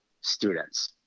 students